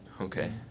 Okay